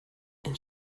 and